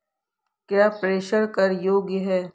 क्या प्रेषण कर योग्य हैं?